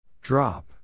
Drop